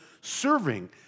serving